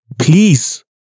Please